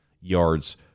yards